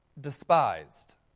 despised